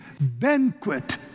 banquet